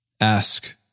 Ask